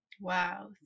Wow